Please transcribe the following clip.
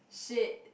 shit